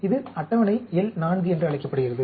இது அட்டவணை L 4 என்று அழைக்கப்படுகிறது